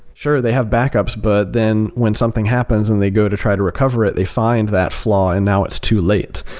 sure, they have backups, but then when something happens and they go to try to recover it, they find that flaw and now it's too late.